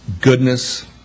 goodness